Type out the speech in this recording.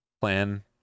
plan